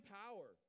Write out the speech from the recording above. power